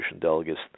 delegates